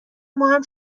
ماهم